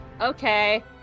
okay